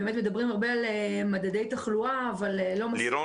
באמת מדברים הרבה על מדדי תחלואה אבל לא מספיק